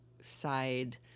side